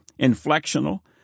inflectional